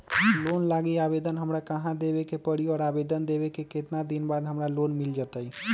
Loan लागी आवेदन हमरा कहां देवे के पड़ी और आवेदन देवे के केतना दिन बाद हमरा लोन मिल जतई?